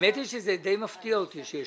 מי מסביר את הפנייה הזאת?